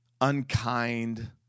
unkind